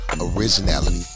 originality